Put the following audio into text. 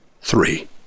Three